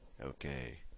Okay